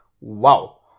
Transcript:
wow